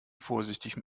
vorsichtigem